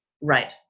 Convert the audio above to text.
right